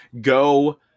Go